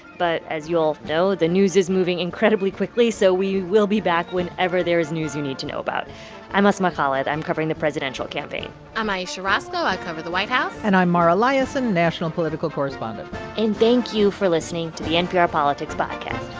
but as you all know, the news is moving incredibly quickly, so we will be back whenever there is news you need to know about i'm asma khalid. i'm covering the presidential campaign i'm ayesha rascoe. i cover the white house and i'm mara liasson, national political correspondent and thank you for listening to the npr politics podcast